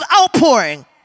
outpouring